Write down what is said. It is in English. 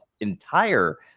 entire